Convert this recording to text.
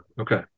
Okay